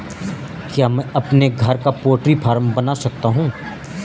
क्या मैं अपने घर पर पोल्ट्री फार्म बना सकता हूँ?